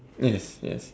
yes ya